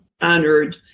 honored